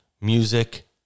music